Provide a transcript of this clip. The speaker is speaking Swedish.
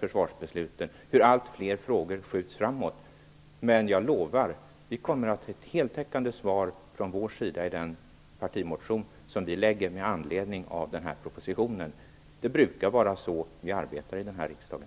försvarsbesluten - allt fler frågor skjuts framåt. Men jag lovar att vi kommer med ett heltäckande svar från vår sida i den partimotion som vi lägger med anledning av propositionen. Vi brukar arbeta så i riksdagen.